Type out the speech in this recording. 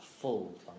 full